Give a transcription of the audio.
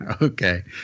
Okay